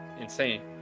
insane